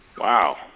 Wow